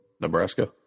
Nebraska